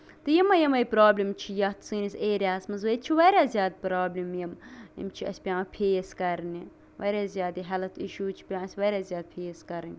تہٕ یِمَے یِمَے پرٛابلِم چھِ یَتھ سٲنِس ایریاہَس منٛز ییٚتہِ چھُ واریاہ زیادٕ پرٛابلِم یِم یِم چھِ اَسہِ پیٚوان فیس کرنہِ واریاہ زیادٕ ہیٚلتھ اِشوٗز چھِ پیٚوان اَسہِ واریاہ زیادٕ فیس کَرٕنۍ